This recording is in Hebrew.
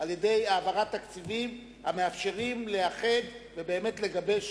על-ידי העברת תקציבים המאפשרים לאחד ולגבש